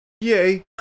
Yay